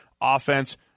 offense